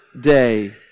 day